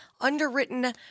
underwritten